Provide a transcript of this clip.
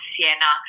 Siena